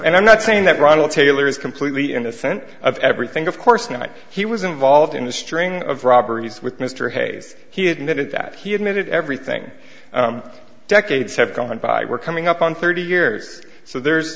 and i'm not saying that ronald taylor is completely innocent of everything of course night he was involved in a string of robberies with mr hayes he admitted that he admitted everything decades have gone by we're coming up on thirty years so there's